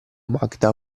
magda